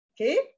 Okay